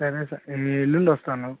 సరే సార్ నేను ఎల్లుండి వస్తాను